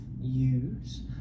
use